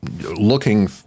looking